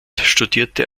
studierte